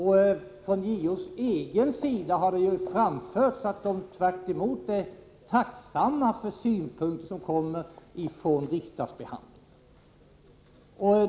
Från JO:s egen sida har det ju framhållits att man tvärtom är tacksam för synpunkter som kommer från riksdagsbehandlingen.